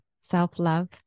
self-love